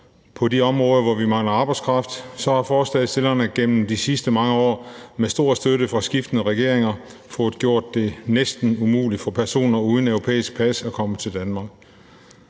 på de områder, hvor vi mangler arbejdskraft, vil jeg sige, at forslagsstillerne igennem de sidste mange år med stor støtte fra skiftende regeringer har fået gjort det næsten umuligt for personer uden europæisk pas at komme til Danmark.